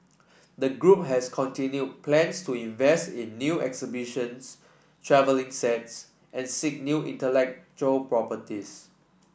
the group has continued plans to invest in new exhibitions travelling sets and seek new intellectual properties